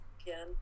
again